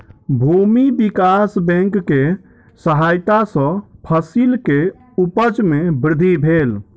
भूमि विकास बैंक के सहायता सॅ फसिल के उपज में वृद्धि भेल